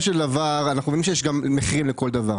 של דבר אנחנו רואים שיש מחיר לכל דבר,